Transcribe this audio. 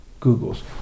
Googles